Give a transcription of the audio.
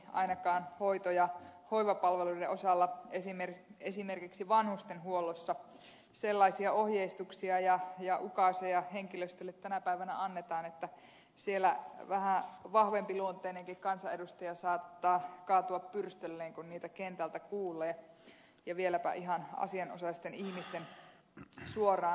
ainakin hoito ja hoivapalveluiden osalla esimerkiksi vanhustenhuollossa sellaisia ohjeistuksia ja ukaaseja henkilöstölle tänä päivänä annetaan että siellä vähän vahvempiluonteinenkin kansanedustaja saattaa kaatua pyrstölleen kun niitä kentältä kuulee ja vieläpä ihan asianosaisten ihmisten suoraan sanoen